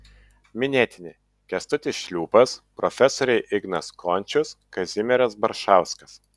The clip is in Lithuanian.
minėtini kęstutis šliūpas profesoriai ignas končius kazimieras baršauskas